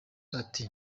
ati